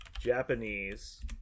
Japanese